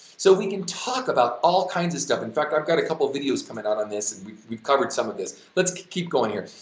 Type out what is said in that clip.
so we can talk about all kinds of stuff, in fact i've got a couple of videos coming out on this and we've we've covered some of this. let's keep going here.